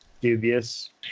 dubious